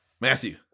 Matthew